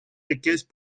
якесь